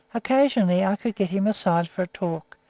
occasionally i could get him aside for a talk,